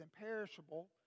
imperishable